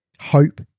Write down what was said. hope